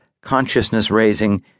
consciousness-raising